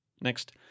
Next